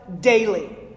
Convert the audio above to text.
daily